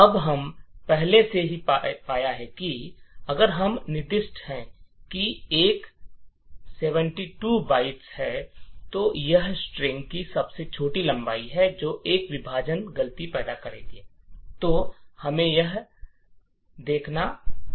अब हम पहले से ही पाया है कि अगर हम निर्दिष्ट है कि एक ७२ बाइट्स है तो यह स्ट्रिंग की सबसे छोटी लंबाई है जो एक विभाजन गलती पैदा करेगा तो हमें यह हो रहा देखते हैं